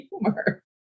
humor